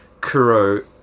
kuro